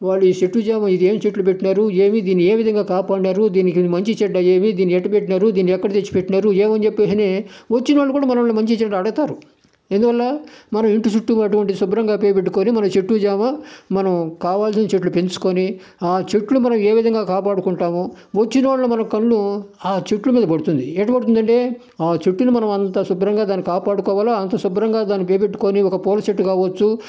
వాళ్లు ఈ చెట్టు చేమ ఇది ఏమి చెట్లు పెట్టినారు ఏమి ఇది దీన్ని ఏ విధంగా కాపాడినారు దీనికి మంచి చెడ్డ ఏమి దీన్ని ఎలా పెట్టినారు దీన్ని ఎక్కడ తెచ్చిపెట్టినారు ఏమని చెప్పేసనే వచ్చినోళ్లు కూడా మనల్ని మంచి చెడ్డ అడుగుతారు ఎందువల్ల మనం ఇంటి చుట్టూ అటువంటి శుభ్రంగా పెట్టుకొని మన చెట్టు చేమ మనం కావాల్సిన చెట్లు పెంచుకొని ఆ చెట్లు మనం ఏ విధంగా కాపాడుకుంటామో వచ్చిన వాళ్ల మన కన్ను ఆ చెట్ల మీద పడుతుంది ఎట్టా పడుతుందంటే ఆ చెట్టుని మనం అంత శుభ్రంగా దాన్ని కాపాడుకోవాల అంత శుభ్రంగా దాన్ని పెట్టుకొని ఒక పూల చెట్టు కావచ్చు